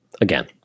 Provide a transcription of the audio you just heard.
again